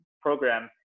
program